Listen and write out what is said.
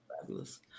fabulous